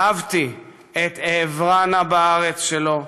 אהבתי את "אעברה נא בארץ" שלו,